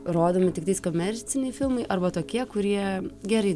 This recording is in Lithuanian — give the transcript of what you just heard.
rodomi tiktais komerciniai filmai arba tokie kurie gerai